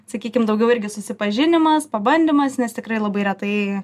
sakykim daugiau irgi susipažinimas pabandymas nes tikrai labai retai